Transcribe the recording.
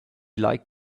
like